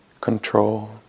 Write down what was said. control